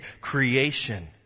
creation